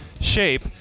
shape